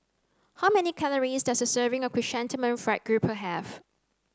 how many calories does a serving of chrysanthemum fried grouper have